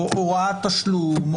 הנחיות מינהל.